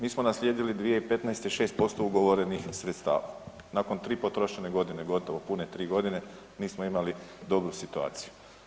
Mi smo naslijedili 2015. 6% ugovorenih sredstava, nakon 3 potrošene godine, gotovo pune 3.g. mi smo imali dobru situaciju.